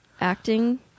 acting